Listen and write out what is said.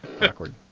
Awkward